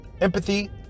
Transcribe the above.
Empathy